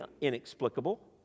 inexplicable